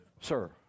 Sir